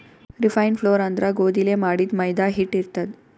refined flour ಅಂದ್ರ ಗೋಧಿಲೇ ಮಾಡಿದ್ದ್ ಮೈದಾ ಹಿಟ್ಟ್ ಇರ್ತದ್